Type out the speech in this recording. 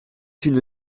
une